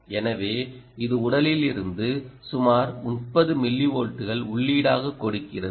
எனவே இது உடலில் இருந்து சுமார் 30 மில்லிவோல்ட்கள் உள்ளீடாக கொடுக்கிறது